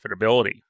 profitability